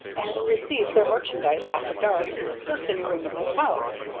and received their merchandise after dark, in a certain room of his house,